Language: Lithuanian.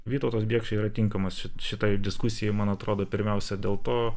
vytautas biekša yra tinkamas šitoj diskusijoj man atrodo pirmiausia dėl to